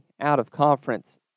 out-of-conference